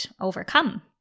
overcome